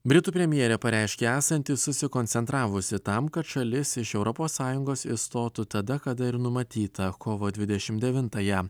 britų premjerė pareiškė esanti susikoncentravusi tam kad šalis iš europos sąjungos išstotų tada kada ir numatyta kovo dvidešimt devintąją